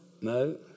No